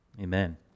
Amen